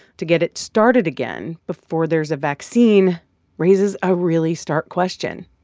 to get it started again before there's a vaccine raises a really stark question.